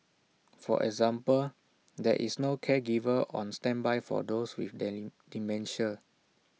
for example there is no caregiver on standby for those with dementia